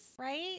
right